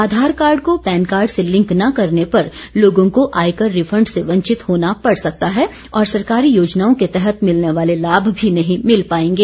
आधार card को PAN card से link न करने पर लोगों को आयकर रिफंड से वंचित होना पड़ सकता है और सरकारी योजनाओं के तहत मिलने वाले लाभ भी नहीं मिल पाएंगे